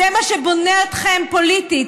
זה מה שבונה אתכם פוליטית.